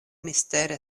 mistera